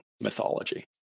mythology